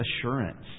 assurance